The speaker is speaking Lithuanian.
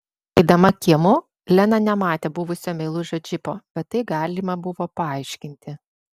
eidama kiemu lena nematė buvusio meilužio džipo bet tai galima buvo paaiškinti